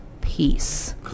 peace